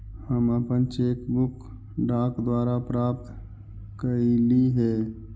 हम अपन cheque book डाक द्वारा प्राप्त कईली हे